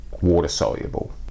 water-soluble